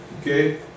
okay